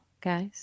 guys